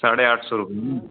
साढ़े आठ सौ रुपये